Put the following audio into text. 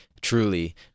truly